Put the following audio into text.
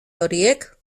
horiek